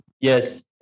yes